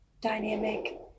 dynamic